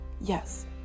Yes